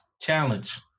challenge